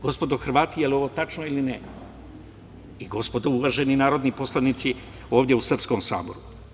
Gospodo Hrvati, da li je ovo tačno ili ne i gospodo uvaženi narodni poslanici ovde u srpskom saboru?